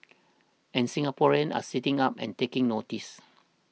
and Singaporeans are sitting up and taking notice